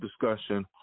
discussion